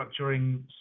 structuring